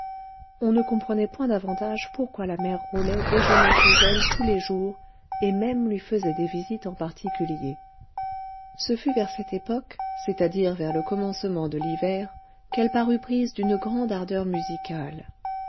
on ne comprenait point davantage pourquoi la mère rolet déjeunait chez elle tous les jours et même lui faisait des visites en particulier ce fut vers cette époque c'est-à-dire vers le commencement de l'hiver qu'elle parut prise d'une grande ardeur musicale